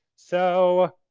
so